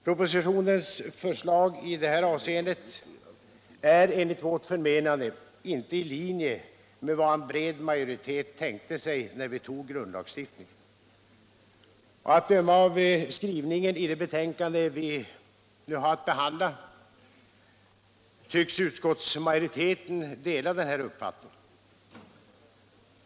Propositionens förslag i det här avseendet är enligt vårt förmenande inte Avdragsreglerna för pensionsåtaganden, Avdragsreglerna för i linje med vad en bred majoritet tänkte när vi tog grundlagstiftningen. Att döma av skrivningen i det betänkande vi nu har att behandla tycks utskottsmajoriteten dela den här uppfattningen.